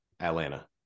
atlanta